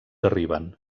arriben